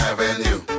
Avenue